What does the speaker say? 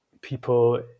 people